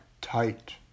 Tight